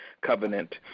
covenant